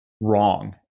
wrong